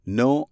no